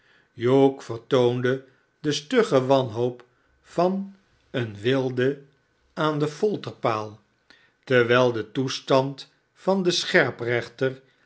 hugh vertoonde de stugge wanhoop van een wilde aan den folterpaal terwijl de toestand van den